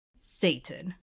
Satan